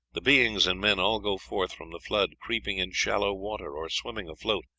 the beings and men all go forth from the flood creeping in shallow water or swimming afloat,